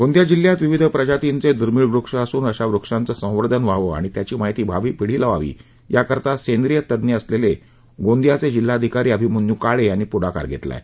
गोंदिया जिल्ह्यात विविध प्रजातींचे दुर्मिळ वृक्ष असुन अशा वृक्षांचं संवर्धन व्हावं आणि त्याची माहिती भावी पीढीला व्हावी याकरता सेंद्रिय तज्ञ असलेले गोंदियाचे जिल्हाधिकारी अभिमन्यू काळे यांनी पृढाकार घेतला आह